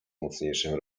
mocniejszym